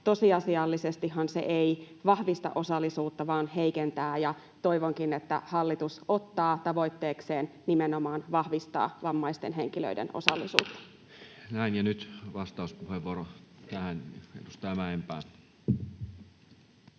tosiasiallisestihan se ei vahvista osallisuutta vaan heikentää, ja toivonkin, että hallitus ottaa tavoitteekseen nimenomaan vahvistaa vammaisten henkilöiden osallisuutta. Näin. — Ja nyt vastauspuheenvuoro tähän, edustaja Mäenpää.